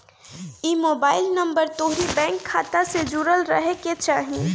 इ mobile number तोहरी bank खाता से जुड़ल रहे के चाही